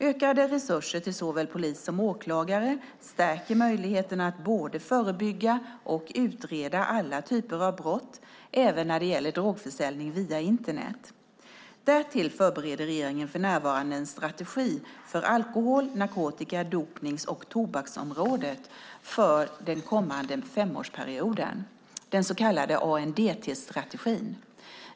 Ökade resurser till såväl polis som åklagare stärker möjligheterna att både förebygga och utreda alla typer av brott även när det gäller drogförsäljning via Internet. Därtill förbereder regeringen för närvarande en strategi för alkohol-, narkotika-, dopnings och tobaksområdet för den kommande femårsperioden, den så kallade ANDT-strategin.